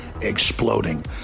exploding